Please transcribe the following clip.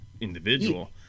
individual